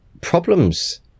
problems